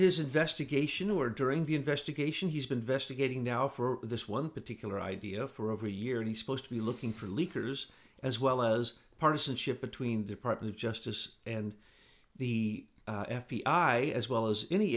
his investigation or during the investigation he's been vesa getting now for this one particular idea for over a year and he's supposed to be looking for leakers as well as partisanship between department of justice and the f b i as well as any